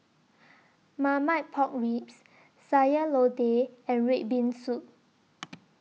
Marmite Pork Ribs Sayur Lodeh and Red Bean Soup